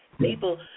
people